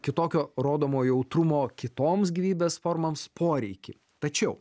kitokio rodomo jautrumo kitoms gyvybės formoms poreikį tačiau